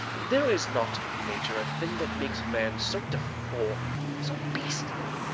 there is not in nature a thing that makes man so deform'd, so beastly,